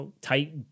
tight